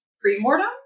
pre-mortem